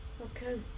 Okay